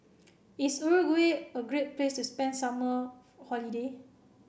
is Uruguay a great place to spend summer holiday